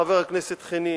חבר הכנסת חנין,